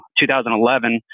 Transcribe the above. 2011